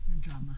drama